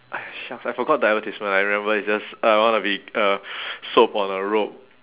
!hais! shucks I forgot the advertisement I remember it's just uh one of the uh soap on a rope